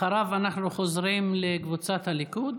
אחריו אנחנו חוזרים לקבוצת הליכוד.